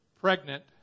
pregnant